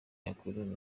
yakwirinda